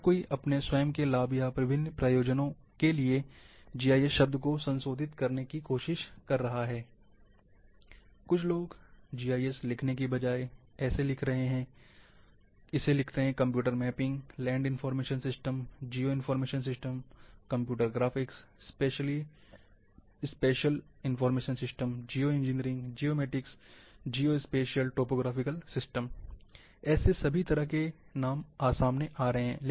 हर कोई अपने स्वयं के लाभ या विभिन्न प्रयोजनों के लिए जीआईएस शब्द को संशोधित करने की कोशिश कर रहा है कुछ लोग जीआईएस लिखने के बजाय ऐसे लिख रहे हैं computer mapping land information system geo information computer graphics spatial information system geo engineering geomatics geo spatial topographical system ऐसे सभी तरह तरह के नाम आ रहे हैं